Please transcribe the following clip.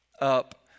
up